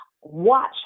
Watch